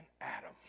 Adam